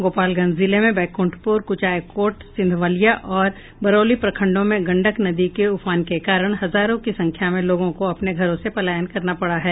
गोपालगंज जिले में बैकुंठपुर कुचायकोट सिधवलिया और बरौली प्रखंडों में गंडक नदी के उफान के कारण हजारों की संख्या में लोगों को अपने घरों से पलायन करना पडा है